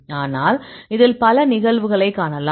ஆனால் இதில் பல நிகழ்வுகளைக் காணலாம்